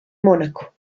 mónaco